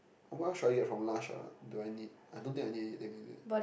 what else should I get from lush ah do I need I don't think I need anything is it